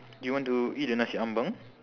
do you want to eat the nasi ambeng